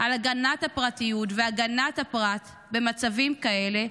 גם על הגנת הפרטיות והגנת הפרט במצבים כאלה,